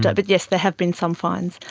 yeah but yes, there have been some fines,